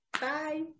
Bye